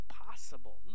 impossible